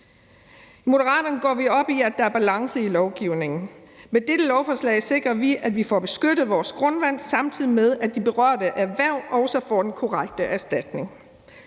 I Moderaterne går vi op i, at der er balance i lovgivningen. Med dette lovforslag sikrer vi, at vi får beskyttet vores grundvand, samtidig med at de berørte erhverv også får den korrekte erstatning.